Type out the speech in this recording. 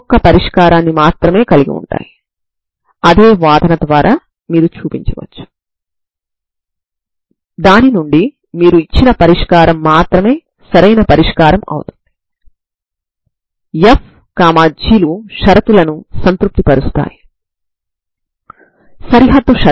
కాబట్టి శక్తి ఏమైనప్పటికీ ఆ చివరలో ఈ తరంగాలు ఏమైనప్పటికీ ఇవి సంగ్రహించిన సరిహద్దు నియమాలు అవుతాయి సరేనా